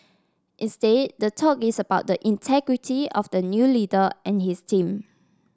instead the talk is about the integrity of the new leader and his team